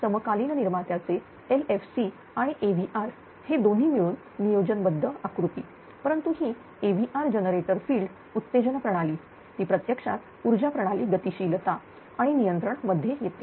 समकालीन निर्मात्याचे LFC आणि AVR हे दोन्ही मिळूनयोजनाबद्ध आकृती परंतु ही AVR जनरेटर फिल्ड उत्तेजन प्रणाली ती प्रत्यक्षात ऊर्जा प्रणाली गतिशीलता आणि नियंत्रण मध्ये येते